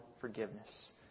forgiveness